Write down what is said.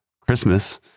Christmas